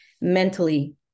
mentally